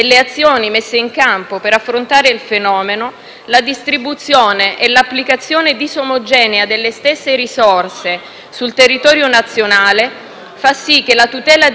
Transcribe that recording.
la distribuzione e l'applicazione disomogenea delle stesse risorse sul territorio nazionale fa sì che la tutela dei diritti delle vittime di violenza non sia effettiva.